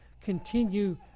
continue